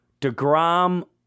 DeGrom